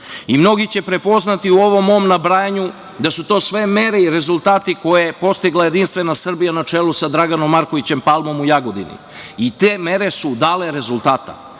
Mnogi će prepoznati u ovom mom nabrajanju da su to sve mere i rezultati koje je postigla Jedinstvena Srbija na čelu sa Draganom Markovićem Palmom u Jagodini. Te mere su dale rezultate.